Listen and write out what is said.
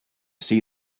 see